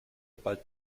bald